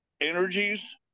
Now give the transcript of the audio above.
energies